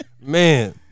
man